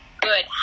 Good